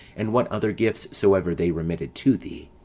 and what other gifts soever they remitted to thee